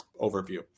overview